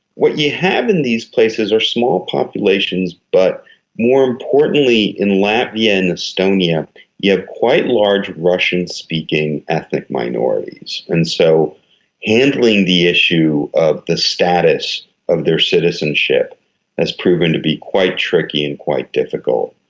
what you have in these places are small populations, but more importantly in latvia and estonia you have quite large russian-speaking ethnic minorities. and so handling the issue of the status of their citizenship has proven to be quite tricky and quite difficult.